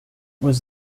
was